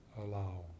allow